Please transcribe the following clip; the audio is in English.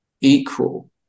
equal